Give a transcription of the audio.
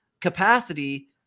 capacity